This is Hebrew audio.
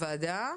הוועדה